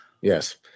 yes